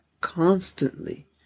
constantly